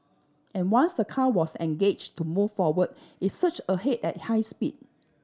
and once the car was engaged to move forward it surged ahead at high speed